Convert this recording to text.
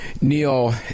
Neil